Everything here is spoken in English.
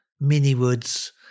mini-woods